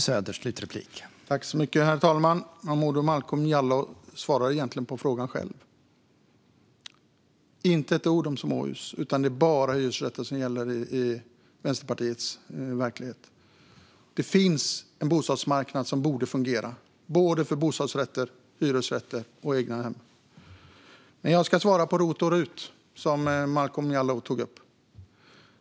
Herr talman! Momodou Malcolm Jallow svarar egentligen på frågan själv: Det är inte ett ord om småhus, utan det är bara hyresrätter som gäller i Vänsterpartiets verklighet. Det finns en bostadsmarknad som borde fungera för både bostadsrätter, hyresrätter och egnahem. Jag ska svara på den fråga om rot och rut som Malcolm Jallow tog upp.